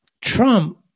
Trump